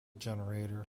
generator